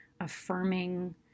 affirming